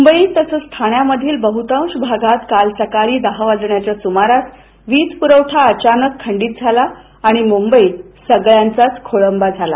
मुंबईत तसेच ठाण्यामधील बह्तांश भागात काल सकाळी दहा वाजण्याच्या सुमारास वीज पुरवठा अचानक खंडित झाला आणि मुंबईत सगळ्यांचाच खोळंबा झाला